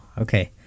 okay